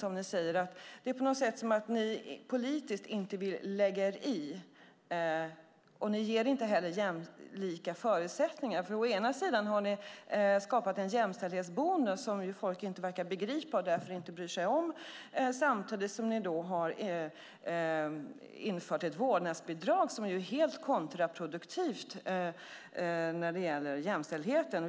Det är på något sätt som att ni politiskt inte vill lägga er i, och ni ger inte heller jämlika förutsättningar. Å ena sidan har ni skapat en jämställdhetsbonus som folk inte verkar begripa och därför inte bryr sig om. Å andra sidan har ni infört ett vårdnadsbidrag som är helt kontraproduktivt när det gäller jämställdheten.